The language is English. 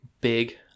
big